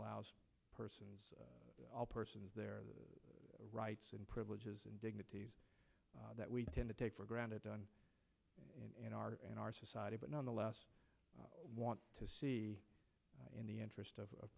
allows persons all persons their rights and privileges and dignities that we tend to take for granted on in our in our society but nonetheless want to see in the interest of